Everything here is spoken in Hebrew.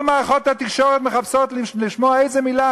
כל מערכות התקשורת מחפשות לשמוע איזו מילה